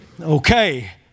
Okay